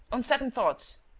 on second thoughts.